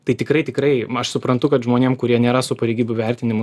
tai tikrai tikrai aš suprantu kad žmonėm kurie nėra su pareigybių vertinimu